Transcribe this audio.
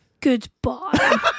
Goodbye